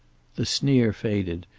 the sneer faded,